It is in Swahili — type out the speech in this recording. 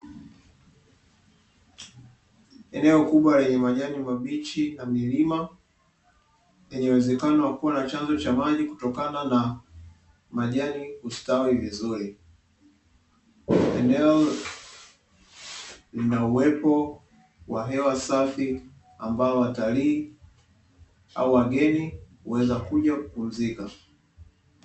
Eneo kubwa lenye majani mabichi na milima lenye uwezekano kuwa na chanzo cha maji kutokana na majani kustawi vizuri, eneo lina uwepo wa hewa safi ambao watalii au wageni huweza kuja kupumzika.